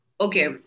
okay